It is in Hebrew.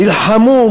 נלחמו,